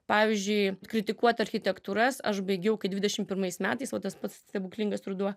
pavyzdžiui kritikuot architektūras aš baigiau kai dvidešim pirmais metais va tas pats stebuklingas ruduo